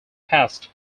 passed